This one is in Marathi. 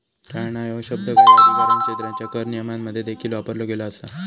टाळणा ह्यो शब्द काही अधिकारक्षेत्रांच्यो कर नियमांमध्ये देखील वापरलो गेलो असा